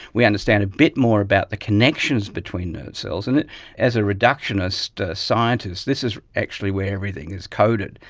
we understand a bit more about the connections between nerve cells. and as a reductionist scientist this is actually where everything is coded.